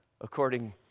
according